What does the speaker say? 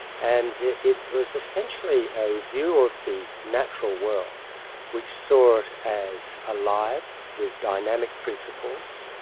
and it was essentially a view of the natural world which saw it as alive, with dynamic principles,